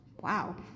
wow